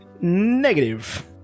negative